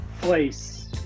place